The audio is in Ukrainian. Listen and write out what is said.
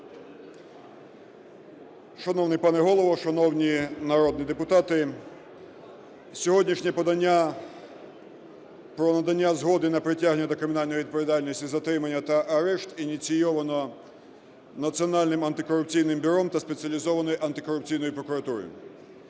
Шановний пане Голово, шановні народні депутати! Сьогоднішнє подання про надання згоди на притягнення до кримінальної відповідальності, затримання та арешт ініційовано Національним антикорупційним бюро та Спеціалізованою антикорупційною прокуратурою.